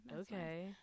Okay